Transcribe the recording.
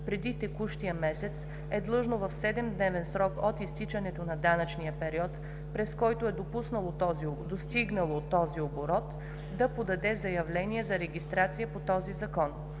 преди текущия месец е длъжно в 7-дневен срок от изтичането на данъчния период, през който е достигнало този оборот, да подаде заявление за регистрация по този закон.